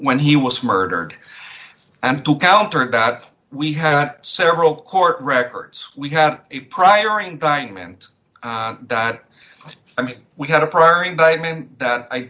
when he was murdered and to counter that we had several court records we had prior indictment that we had a prior indictment that i